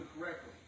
correctly